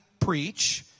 preach